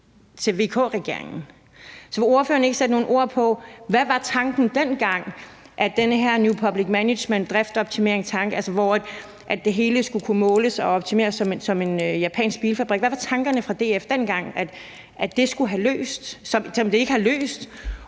til VK-regeringen. Så vil ordføreren ikke sætte nogle ord på, hvad der dengang var tanken med den her new public management-driftsoptimeringstanke, hvor det hele skulle kunne måles og optimeres som en japansk bilfabrik? Hvad var tanken fra DF dengang at det skulle have løst, som det ikke har løst?